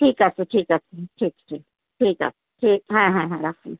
ঠিক আছে ঠিক আছে ঠিক ঠিক ঠিক আছে ঠিক হ্যাঁ হ্যাঁ হ্যাঁ রাখুন